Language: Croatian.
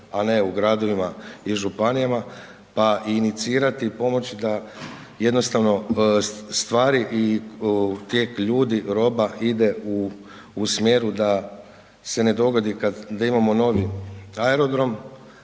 a ne u gradovima i županijama pa inicirati i pomoći da jednostavno stvari i tijek ljudi, roba ide u smjeru da se ne dogodi kad da imamo novi aerodrom,